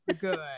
good